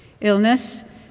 Illness